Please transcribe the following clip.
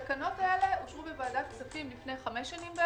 התקנות הללו אושרו בוועדת הכספים לפני כחמש שנים.